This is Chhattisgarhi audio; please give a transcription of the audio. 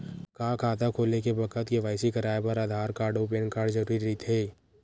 खाता खोले के बखत के.वाइ.सी कराये बर आधार कार्ड अउ पैन कार्ड जरुरी रहिथे